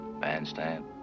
bandstand